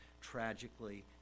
tragically